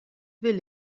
will